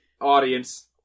audience